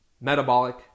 metabolic